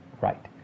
right